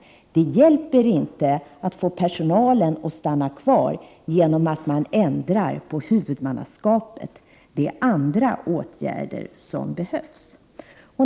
Man får inte personalen att stanna kvar genom att ändra på huvudmannaskapet. Det är andra åtgärder som behövs.